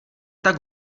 tak